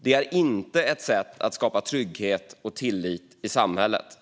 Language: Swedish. Det är inte ett sätt att skapa trygghet och tillit i samhället.